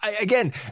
again